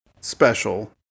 Special